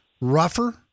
rougher